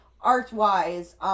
art-wise